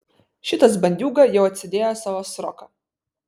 šitas bandiūga jau atsėdėjo savo sroką